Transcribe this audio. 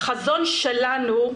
החזון שלנו הוא